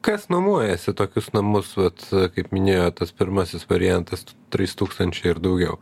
kas nuomojasi tokius namus vat kaip minėjo tas pirmasis variantas trys tūkstančiai ir daugiau